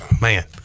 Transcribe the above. man